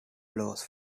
laws